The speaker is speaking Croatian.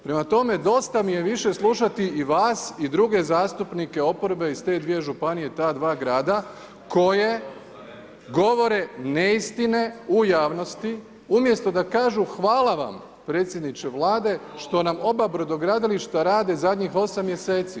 Prema tome, dosta mi je više slušati i vas i druge zastupnike oporbe iz te dvije županije, ta dva grada, koje govore neistine u javnosti umjesto da kažu hvala vam predsjedniče vlade što nam oba brodogradilišta rade zadnjih 8 mjeseci.